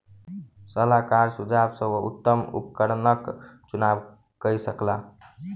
सलाहकारक सुझाव सॅ ओ उत्तम उपकरणक चुनाव कय सकला